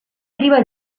priva